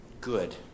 good